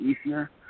easier